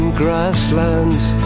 grasslands